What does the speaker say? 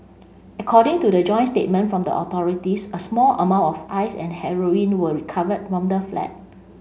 according to the joint statement from the authorities a small amount of Ice and heroin were recovered from the flat